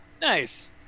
Nice